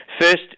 First